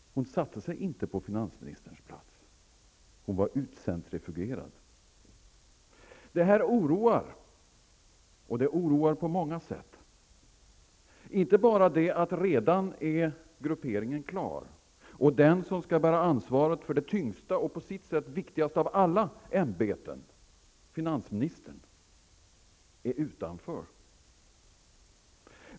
Hon satte sig inte på finansministerns plats. Hon var utcentrifugerad. Det här oroar. Det oroar på många sätt. Det är inte bara det att grupperingen redan är klar och att den som skall bära ansvaret för det tyngsta och på sitt sätt viktigaste av alla ämbeten, finansministern, är utanför.